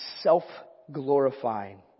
self-glorifying